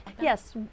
Yes